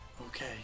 Okay